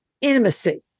Intimacy